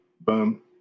boom